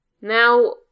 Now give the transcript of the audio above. now